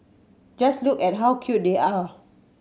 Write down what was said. just look at how cute they are